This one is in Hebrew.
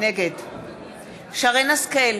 נגד שרן השכל,